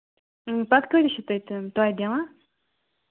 پَتہٕ کۭتِس چھِ تِم تُہۍ دِوان